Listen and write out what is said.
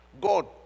God